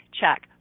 check